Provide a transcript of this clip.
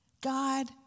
God